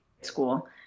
school